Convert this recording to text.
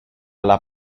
alla